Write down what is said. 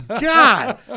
God